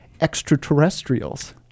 extraterrestrials